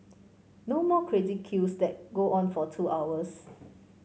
no more crazy queues that go on for two hours